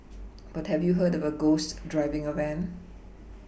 but have you heard of a ghost driving a van